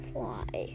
Fly